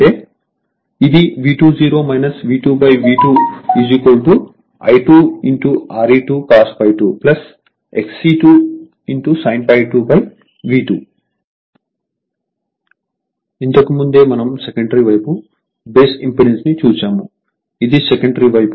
ఇది V20 V2 V2 I2 Re2 cos ∅2 XE2 sin ∅2 V2 ఇంతకుముందే మనం సెకండరీ వైపు బేస్ ఇంపెడెన్స్ ని చూశాము ఇది సెకండరీ వైపు V2I2